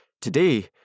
Today